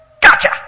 gotcha